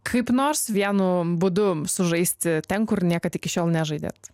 kaip nors vienu būdu sužaisti ten kur niekad iki šiol nežaidėt